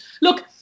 look